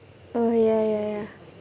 oh ya ya ya